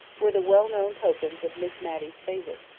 were the well-known tokens of miss matty's favour.